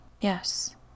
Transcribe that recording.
Yes